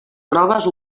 proves